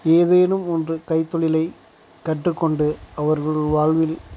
ஏதேனும் ஒன்று கைத்தொழிலை கற்றுக்கொண்டு அவர்கள் வாழ்வில்